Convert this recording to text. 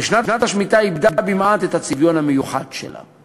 ושנת השמיטה איבדה מעט את הצביון המיוחד שלה.